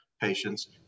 patients